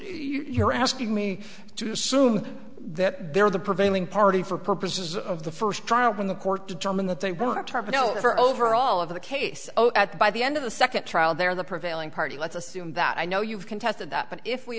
you're asking me to assume that they're the prevailing party for purposes of the first trial when the court determined that they want to target for over all of the case at by the end of the second trial they're the prevailing party let's assume that i know you've contested that but if we